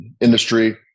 industry